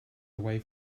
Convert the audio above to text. away